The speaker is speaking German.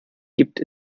gibt